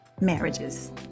marriages